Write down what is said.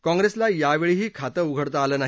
काँप्रेसला यावेळीही खातं उघडता आलं नाही